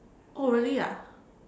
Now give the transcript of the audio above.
oh really ah